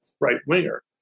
right-winger